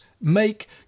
make